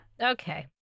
Okay